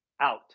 out